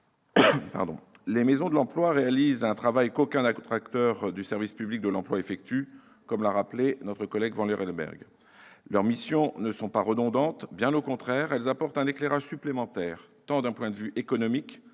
Elles réalisent pourtant un travail qu'aucun autre acteur du service public de l'emploi n'effectue, comme l'a souligné M. Vanlerenberghe. Leurs missions ne sont pas redondantes, bien au contraire. Elles apportent un éclairage supplémentaire, tant d'un point de vue économique-